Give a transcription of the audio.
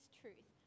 truth